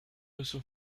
also